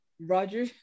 Roger